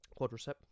quadricep